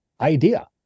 idea